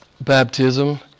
baptism